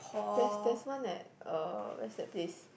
there's there's one at uh where's that place